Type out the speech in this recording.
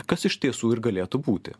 kas iš tiesų ir galėtų būti